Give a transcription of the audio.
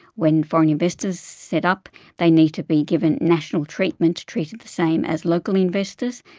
when foreign investors set up they need to be given national treatment, treated the same as local investors.